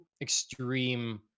extreme